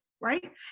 right